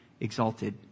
exalted